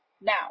Now